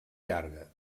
llarga